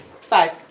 Five